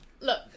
look